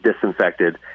disinfected